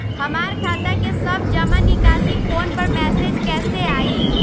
हमार खाता के सब जमा निकासी फोन पर मैसेज कैसे आई?